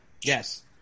Yes